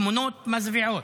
תמונות מזוויעות,